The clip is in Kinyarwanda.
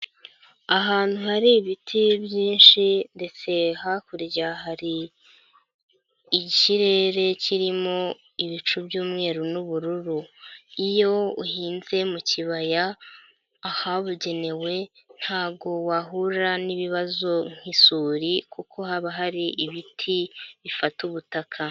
Ahantu hari ibiti byinshi ndetse hakurya hari ikirere kirimo ibicu by'umweru n'ubururu. Iyo uhinze mu kibaya, ahabugenewe, ntago wahura n'ibibazo nk'isuri kuko haba hari ibiti bifata ubutaka.